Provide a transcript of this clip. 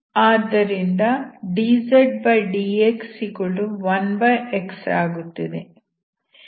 ಆದ್ದರಿಂದ dzdx1x ಆಗುತ್ತದೆ